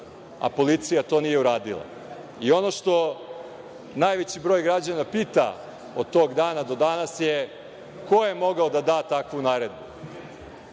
a policija to nije uradila. Ono što najveći broj građana pita od tog dana do danas je – ko je mogao da da takvu naredbu?